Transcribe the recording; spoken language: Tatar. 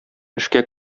эшкә